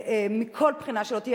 מכל בחינה שלא תהיה,